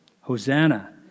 Hosanna